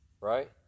right